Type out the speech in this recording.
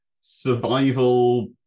survival